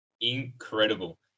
Incredible